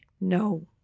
no